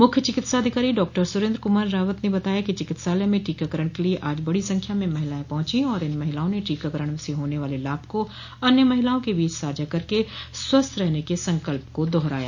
मुख्य चिकित्सा अधिकारी डॉक्टर सुरेंद्र कुमार रावत ने बताया कि चिकित्सालय में टीकाकरण के लिए आज बड़ी संख्या में महिलाए पहुंची और इन महिलाओं ने टीकाकरण से होने वाले लाभ को अन्य महिलाओं के बीच साझा करके स्वस्थ रहने के संकल्प को दोहराया